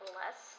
less